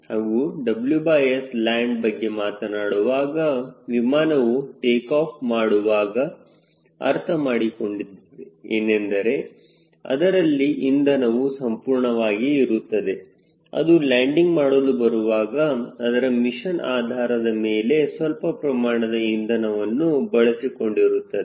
ಹಾಗೂ WSland ಬಗ್ಗೆ ಮಾತನಾಡುವಾಗ ವಿಮಾನವು ಟೇಕಾಫ್ ಮಾಡುವಾಗ ಅರ್ಥಮಾಡಿಕೊಂಡಿದ್ದೇವೆ ಏನೆಂದರೆ ಅದರಲ್ಲಿ ಇಂಧನವು ಸಂಪೂರ್ಣವಾಗಿ ಇರುತ್ತದೆ ಅದು ಲ್ಯಾಂಡಿಂಗ್ ಮಾಡಲು ಬರುವಾಗ ಅದರ ಮಿಷನ್ ಆಧಾರದ ಮೇಲೆ ಸ್ವಲ್ಪ ಪ್ರಮಾಣದ ಇಂಧನವನ್ನು ಬಳಸಿ ಕೊಂಡಿರುತ್ತದೆ